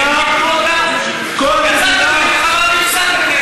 יצאתם למלחמה והפסדתם,